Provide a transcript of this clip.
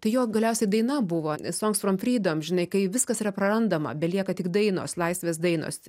tai jo galiausiai daina buvo strongsonfredo žinai kai viskas yra prarandama belieka tik dainos laisvės dainos